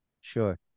Sure